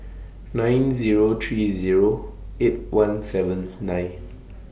nine Zero three Zero eight one seven nine